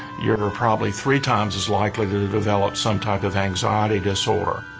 you're probably three times as likely to to develop some type of anxiety disorder.